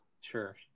Sure